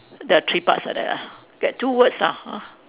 there are three parts like that ah get two words lah ah